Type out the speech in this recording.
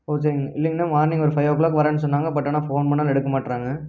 ஓ சே இல்லைங்கண்ணா மார்னிங் ஒரு ஃபைவ் ஓ கிளாக் வரேன்னு சொன்னாங்க பட் ஆனால் ஃபோன் பண்ணிணாலும் எடுக்க மாட்டுறாங்க